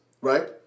right